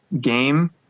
game